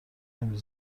نمی